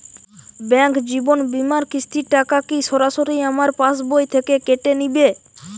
Bank জীবন বিমার কিস্তির টাকা কি সরাসরি আমার পাশ বই থেকে কেটে নিবে?